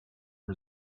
for